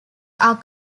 are